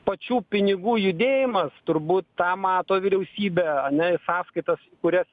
pačių pinigų judėjimas turbūt tą mato vyriausybė ane į sąskaitas kurias